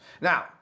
Now